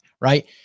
right